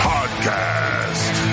Podcast